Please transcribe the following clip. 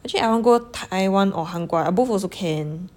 actually I want go Taiwan or 韩国 I both also can